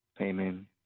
Amen